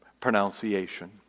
pronunciation